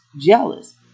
jealous